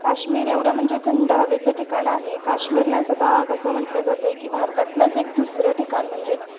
काश्मीर एवढं म्हणजे थंड हवेचं ठिकाण आहे काश्मीरलाच आता कसं म्हटलं जातं आहे की भारतातलंच एक दुसरं ठिकाण म्हणजेच